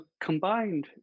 combined